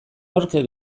nork